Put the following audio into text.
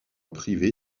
privée